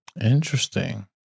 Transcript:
Interesting